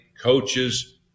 coaches